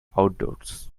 outdoors